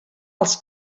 els